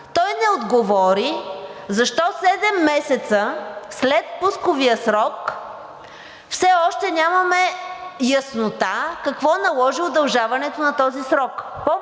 той не отговори защо седем месеца след пусковия срок все още нямаме яснота какво наложи удължаването на този срок.